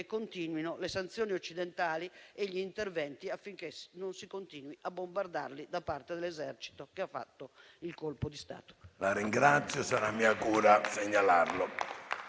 continuino le sanzioni occidentali e gli interventi affinché non si continui a bombardarli da parte dell'esercito che ha compiuto il colpo di Stato.